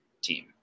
team